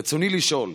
רצוני לשאול: